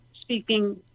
speaking